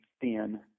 thin